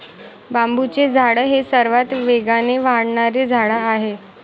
बांबूचे झाड हे सर्वात वेगाने वाढणारे झाड आहे